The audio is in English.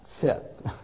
fit